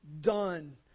done